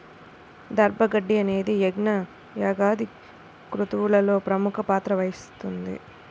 దర్భ గడ్డి అనేది యజ్ఞ, యాగాది క్రతువులలో ప్రముఖ పాత్ర వహిస్తుంది